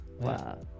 wow